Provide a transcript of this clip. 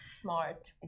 smart